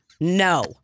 No